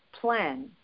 plan